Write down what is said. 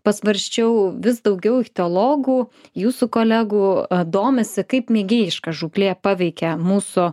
pasvarsčiau vis daugiau ichtiologų jūsų kolegų domisi kaip mėgėjiška žūklė paveikia mūsų